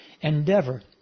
endeavor